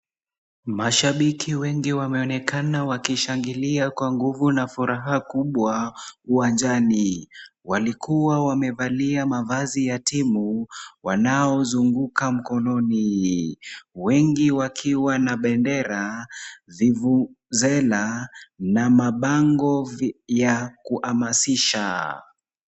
Mashabiki wengi wameonekana wakishangilia kwa nguvu na furaha kubwa uwanjani. Walikuwa wamevalia mavazi ya timu wanaozunguka. Mkononi, wengi wakiwa na bendera, vuvuzela na mabango ya kuhamasisha.